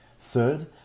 Third